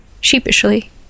sheepishly